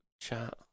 chat